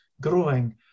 growing